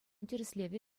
тӗрӗслевӗ